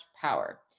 power